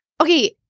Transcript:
okay